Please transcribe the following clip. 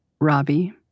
Robbie